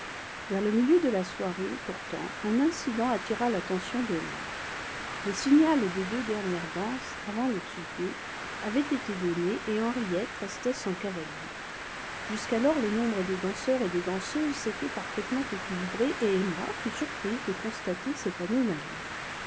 vers le milieu de la soirée pourtant un incident attira l'attention d'emma le signal des deux dernières danses avant le souper avait été donné et henriette restait sans cavalier jusqu'alors le nombre des danseurs et des danseuses s'était parfaitement équilibré et emma fut surprise de constater cette anomalie